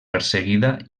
perseguida